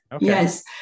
Yes